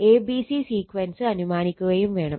abc sequence അനുമാനിക്കുകയും വേണം